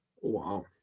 Wow